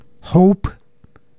Hope